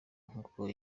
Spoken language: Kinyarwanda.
nkuko